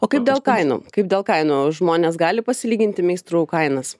o kaip dėl kainų kaip dėl kainų žmonės gali pasilyginti meistrų kainas